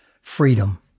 freedom